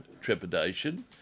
trepidation